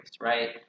right